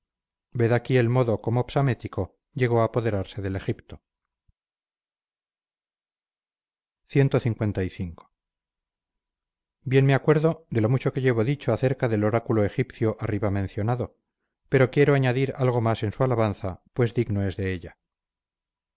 ved aquí el modo como psamético llegó a apoderarse del egipto clv bien me acuerdo de lo mucho que llevo dicho acerca del oráculo egipcio arriba mencionado pero quiero añadir algo más en su alabanza pues digno es de ella